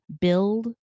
build